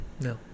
No